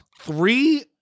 Three